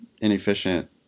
inefficient